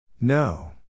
No